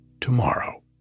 tomorrow